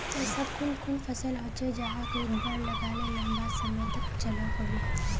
ऐसा कुन कुन फसल होचे जहाक एक बार लगाले लंबा समय तक चलो होबे?